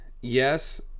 yes